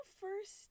first